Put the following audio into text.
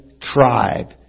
tribe